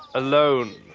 alone.